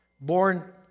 Born